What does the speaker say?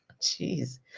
Jeez